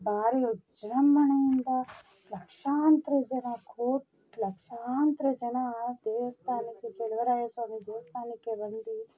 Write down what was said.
ಭಾರಿ ವಿಜೃಂಭಣೆಯಿಂದ ಲಕ್ಷಾಂತರ ಜನ ಕೋಟಿ ಲಕ್ಷಾಂತರ ಜನ ದೇವಸ್ಥಾನಕ್ಕೆ ಚೆಲುವರಾಯ ಸ್ವಾಮಿ ದೇವಸ್ಥಾನಕ್ಕೆ ಬಂದು